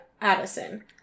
Addison